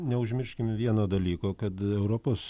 neužmirškime vieno dalyko kad europos